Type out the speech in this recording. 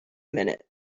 minute